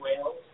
whales